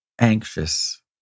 anxious